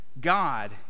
God